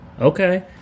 Okay